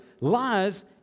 lies